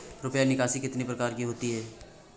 रुपया निकासी कितनी प्रकार की होती है?